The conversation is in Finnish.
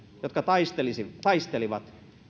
jotka taistelivat taistelivat